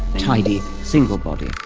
tidy single body.